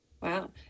Wow